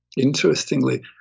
interestingly